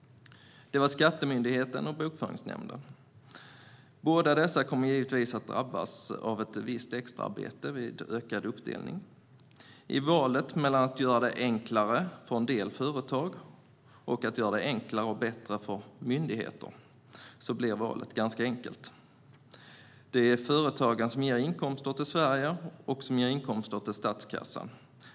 Det är Skatteverket och Bokföringsnämnden. Båda dessa kommer givetvis att drabbas av ett visst extraarbete vid ökad uppdelning. I valet mellan att göra det enklare för en del företag och att göra det enklare och bättre för myndigheterna blir valet ganska enkelt. Det är företagen som ger inkomster till Sverige och till statskassan.